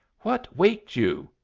what waked you?